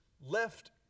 left